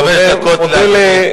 איסור על קנסות יציאה),